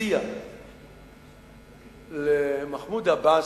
הציע למחמוד עבאס,